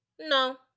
No